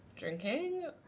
drinking